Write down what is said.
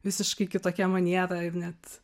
visiškai kitokia maniera ir net